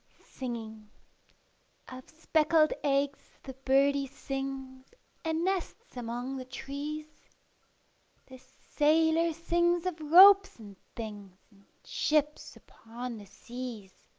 singing of speckled eggs the birdie sings and nests among the trees the sailor sings of ropes and things ships upon the seas.